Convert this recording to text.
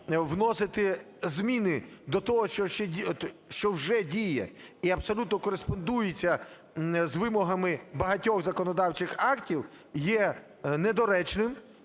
вносити зміни до того, що вже діє і абсолютно кореспондується з вимогами багатьох законодавчих актів є недоречним.